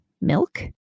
milk